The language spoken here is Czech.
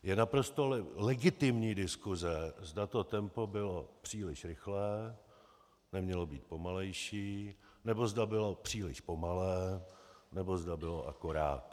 Je naprosto legitimní diskuse, zda to tempo bylo příliš rychlé, neměloli být pomalejší, nebo zda bylo příliš pomalé, nebo zda bylo akorát.